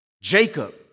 Jacob